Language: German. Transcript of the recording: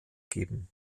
geben